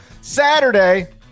Saturday